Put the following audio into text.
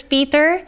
Peter